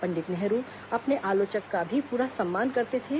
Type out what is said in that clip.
पंडित नेहरू अपने आलोचक का भी पूरा सम्मान करते थे